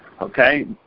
Okay